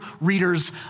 reader's